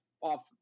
off